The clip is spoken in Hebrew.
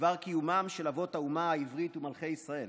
בדבר קיומם של אבות האומה העברית ומלכי ישראל,